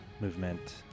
Movement